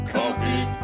Coffee